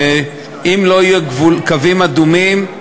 אם לא יהיו קווים אדומים,